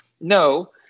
No